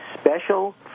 special